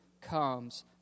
comes